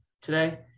today